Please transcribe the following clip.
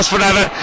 forever